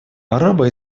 арабо